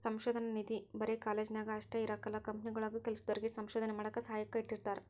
ಸಂಶೋಧನಾ ನಿಧಿ ಬರೆ ಕಾಲೇಜ್ನಾಗ ಅಷ್ಟೇ ಇರಕಲ್ಲ ಕಂಪನಿಗುಳಾಗೂ ಕೆಲ್ಸದೋರಿಗೆ ಸಂಶೋಧನೆ ಮಾಡಾಕ ಸಹಾಯಕ್ಕ ಇಟ್ಟಿರ್ತಾರ